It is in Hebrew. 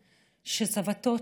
שסבתו,